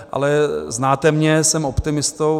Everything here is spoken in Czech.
Ale znáte mě, jsem optimistou.